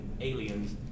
Aliens